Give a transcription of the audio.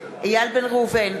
איל בן ראובן,